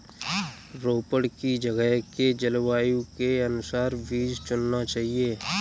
रोपड़ की जगह के जलवायु के अनुसार बीज चुनना चाहिए